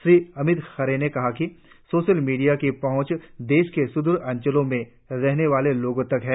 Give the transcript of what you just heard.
श्री अमित खरे ने कहा कि सोशल मीडिया की पहुंच देश के सुद्र अंचलों में रहने वाले लोगों तक है